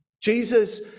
Jesus